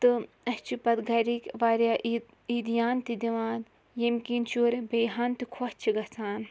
تہٕ اسہِ چھِ پَتہٕ گَھرِکۍ واریاہ عیٖد عیٖدیان تہِ دِوان ییٚمہِ کِنۍ شُرۍ بیٚیہِ ہان تہِ خۄش چھِ گَژھان